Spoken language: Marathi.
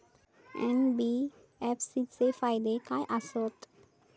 एन.बी.एफ.सी चे फायदे खाय आसत?